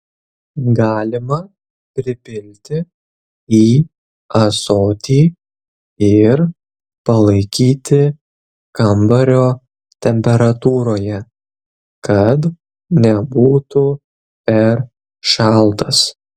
galima pripilti į ąsotį ir palaikyti kambario temperatūroje kad nebūtų per šaltas